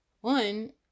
one